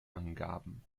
angaben